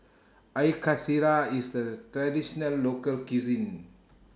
Air Karthira IS A Traditional Local Cuisine